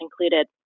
included